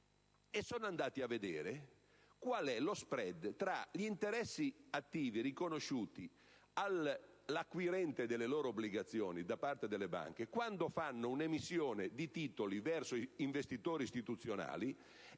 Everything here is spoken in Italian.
sono andati ad esaminare qual è lo *spread* tra gli interessi attivi riconosciuti all'acquirente delle loro obbligazioni da parte delle banche quando fanno un'emissione di titoli verso investitori istituzionali